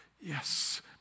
yes